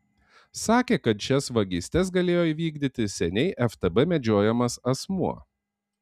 sakė kad šias vagystes galėjo įvykdyti seniai ftb medžiojamas asmuo